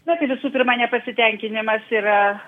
žinokit visų pirma nepasitenkinimas yra